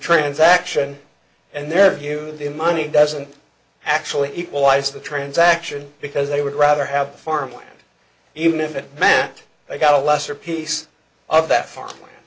transaction and their view of the money doesn't actually equalize the transaction because they would rather have farmland even if it meant they got a lesser piece of that farm